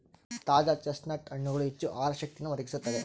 ತಾಜಾ ಚೆಸ್ಟ್ನಟ್ ಹಣ್ಣುಗಳು ಹೆಚ್ಚು ಆಹಾರ ಶಕ್ತಿಯನ್ನು ಒದಗಿಸುತ್ತವೆ